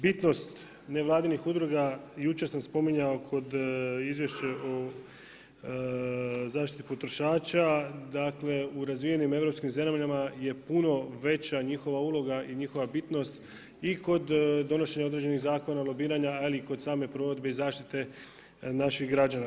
Bitnost nevladinih udruga, jučer sam spominjao kod Izvješće o zaštiti potrošača, dakle u razvijenim europskim zemljama je puno veća njihova uloga i njihova bitnost i kod donošenja određenih zakona. lobiranja ali i kod same provedbe i zaštite naših građana.